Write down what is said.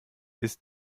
ist